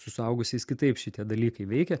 su suaugusiais kitaip šitie dalykai veikia